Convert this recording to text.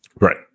Right